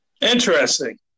interesting